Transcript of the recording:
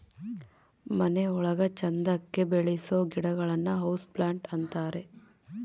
ಮನೆ ಒಳಗ ಚಂದಕ್ಕೆ ಬೆಳಿಸೋ ಗಿಡಗಳನ್ನ ಹೌಸ್ ಪ್ಲಾಂಟ್ ಅಂತಾರೆ